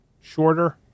shorter